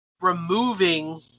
removing